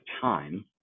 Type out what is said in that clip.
time